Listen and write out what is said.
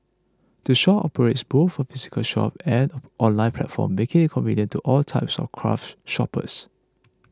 the shop operates both a physical shop and an online platform making it convenient to all types of craft shoppers